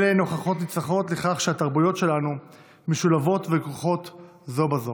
אלה הן הוכחות ניצחות לכך שהתרבויות שלנו משולבות וכרוכות זו בזו.